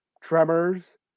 Tremors